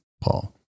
Paul